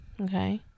okay